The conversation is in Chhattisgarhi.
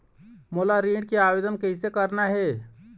मोला ऋण के आवेदन कैसे करना हे?